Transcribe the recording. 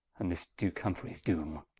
and this duke humfreyes doome